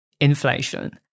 inflation